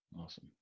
Awesome